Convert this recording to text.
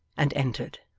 and entered.